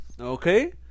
Okay